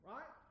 Right